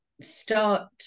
start